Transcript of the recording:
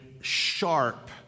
sharp